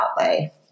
outlay